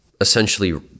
essentially